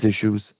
issues